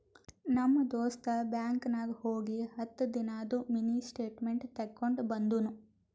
ನಮ್ ದೋಸ್ತ ಬ್ಯಾಂಕ್ ನಾಗ್ ಹೋಗಿ ಹತ್ತ ದಿನಾದು ಮಿನಿ ಸ್ಟೇಟ್ಮೆಂಟ್ ತೇಕೊಂಡ ಬಂದುನು